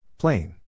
Plain